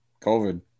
covid